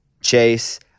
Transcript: Chase